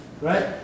right